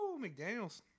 McDaniels